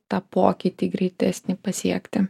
tą pokytį greitesnį pasiekti